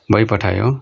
भइपठायो